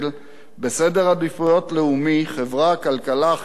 בסדר עדיפויות לאומי, חברה, כלכלה, חינוך, בריאות,